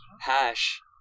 Hash